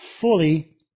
fully